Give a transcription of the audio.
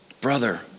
Brother